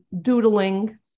doodling